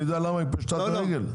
אני יודע למה היא פשטה את הרגל?